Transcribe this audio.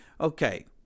okay